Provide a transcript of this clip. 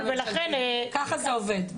ככה זה עובד.